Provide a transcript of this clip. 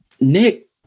Nick